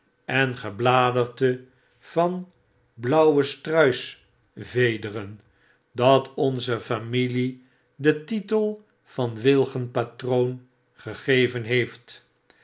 en gebladerte van blauwe struisvederen dat onze familie den titel van wilgen patroon gegeven heeft